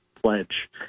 Pledge